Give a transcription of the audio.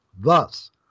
Thus